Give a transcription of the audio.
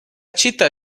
città